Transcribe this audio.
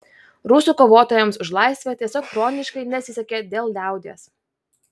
rusų kovotojams už laisvę tiesiog chroniškai nesisekė dėl liaudies